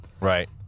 Right